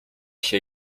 się